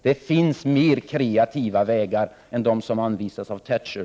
Det finns flera kreativa vägar än de som anvisas av Thatcher.